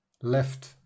left